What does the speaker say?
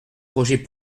projet